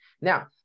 Now